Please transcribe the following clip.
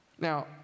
Now